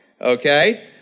okay